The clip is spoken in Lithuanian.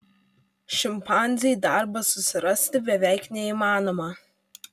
šimpanzei darbą susirasti beveik neįmanoma